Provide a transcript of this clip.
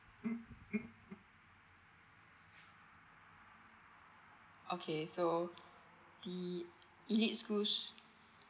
okay so the elite schools